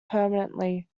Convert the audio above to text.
permanently